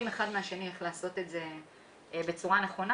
אחד מהשני איך לעשות את זה בצורה נכונה.